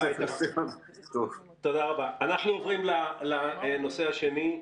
אנחנו עוברים לנושא השני,